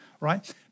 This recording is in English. right